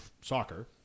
soccer